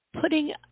Putting